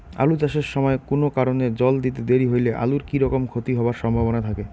আলু চাষ এর সময় কুনো কারণে জল দিতে দেরি হইলে আলুর কি রকম ক্ষতি হবার সম্ভবনা থাকে?